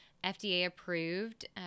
FDA-approved